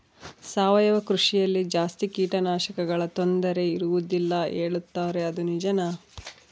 ಸಾವಯವ ಕೃಷಿಯಲ್ಲಿ ಜಾಸ್ತಿ ಕೇಟನಾಶಕಗಳ ತೊಂದರೆ ಇರುವದಿಲ್ಲ ಹೇಳುತ್ತಾರೆ ಅದು ನಿಜಾನಾ?